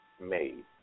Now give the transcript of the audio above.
made